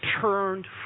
turned